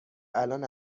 الان